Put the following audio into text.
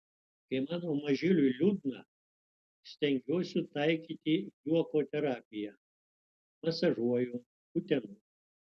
kai mano mažyliui liūdna stengiuosi taikyti juoko terapiją masažuoju kutenu